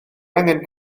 angen